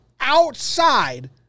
outside